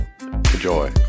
Enjoy